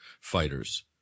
fighters